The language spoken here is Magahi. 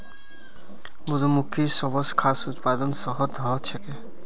मधुमक्खिर सबस खास उत्पाद शहद ह छेक